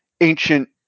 ancient